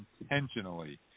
intentionally